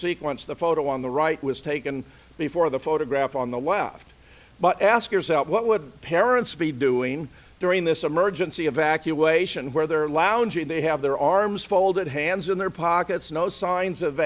sequence the photo on the right was taken before the photograph on the left but ask yourself what would parents be doing during this emergency evacuation where there lounging they have their arms folded hands in their pockets no signs of